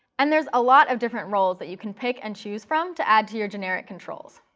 and there's a lot of different roles that you can pick and choose from to add to your generic controls.